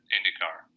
IndyCar